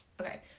Okay